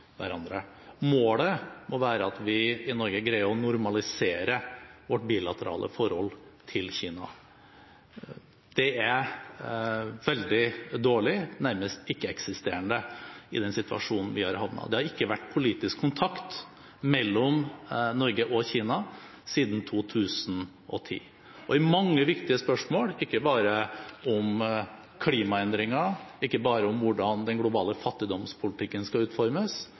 hverandre. Målet må være at vi i Norge greier å normalisere vårt bilaterale forhold til Kina. Det er veldig dårlig, nærmest ikke-eksisterende, i den situasjonen vi har havnet i. Det har ikke vært politisk kontakt mellom Norge og Kina siden 2010, og i mange viktige spørsmål – ikke bare om klimaendringer, ikke bare om hvordan den globale fattigdomspolitikken skal utformes,